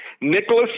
Nicholas